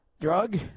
drug